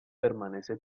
permanece